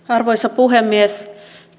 arvoisa puhemies